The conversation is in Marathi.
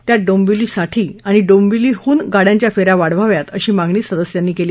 त्यात डोंबिवलीसाठी आणि डोंबिवलीहून गाड्यांच्या फ्ल्ञा वाढवाव्यात अशी मागणी सदस्यांनी कली